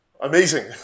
Amazing